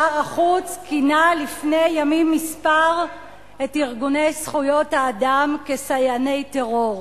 שר החוץ כינה לפני ימים מספר את ארגוני זכויות האדם "סייעני טרור".